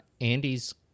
Andy's